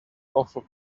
awful